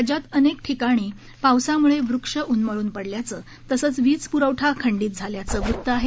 राज्यात अनेक ठिकाणी पावसामुळे वृक्ष उन्मळून पडल्याचं तसंच वीजपुरवठा खंडीत झाल्याचं वृत्त आहे